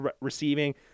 receiving